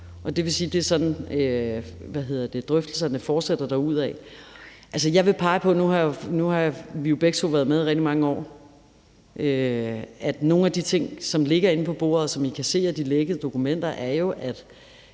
det vil sige, at det er sådan, at drøftelserne fortsætter derudad. Nu har vi jo begge to været med i rigtig mange år, og jeg vil pege på, at nogle af de ting, som ligger inde på bordet, som I kan se af de lækkede dokumenter, jo